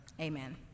Amen